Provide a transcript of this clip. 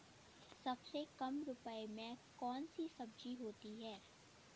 सबसे कम रुपये में कौन सी सब्जी होती है?